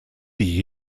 die